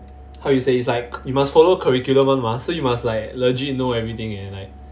how you say it's like you must follow curriculum one mah so you must like legit know everything and like